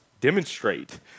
demonstrate